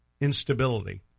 instability